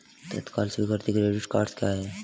तत्काल स्वीकृति credit cards क्या हैं?